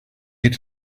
ate